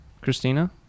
Christina